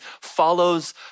follows